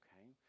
okay